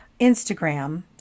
Instagram